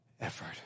effort